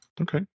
Okay